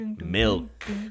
Milk